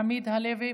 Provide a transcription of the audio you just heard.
חבר הכנסת עמית הלוי,